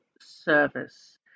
service